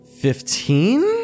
Fifteen